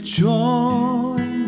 join